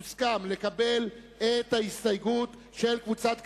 הוסכם לקבל את ההסתייגות של קבוצת קדימה,